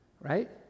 Right